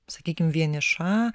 sakykim vieniša